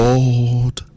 Lord